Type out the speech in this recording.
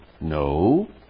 No